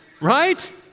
Right